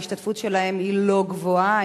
ההשתתפות שלהם לא גבוהה.